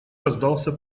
раздался